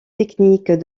techniques